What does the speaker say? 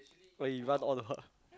when he run all around